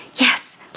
Yes